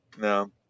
No